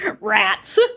Rats